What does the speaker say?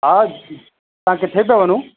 हा तव्हां किथे था वञो